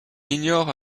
ignore